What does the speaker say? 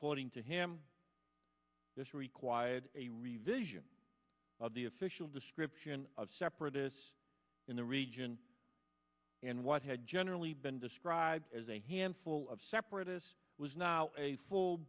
according to him this required a revision of the official description of separatists in the region and what had generally been described as a handful of separatists was now a full